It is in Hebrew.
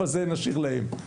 אבל זה נשאיר להם.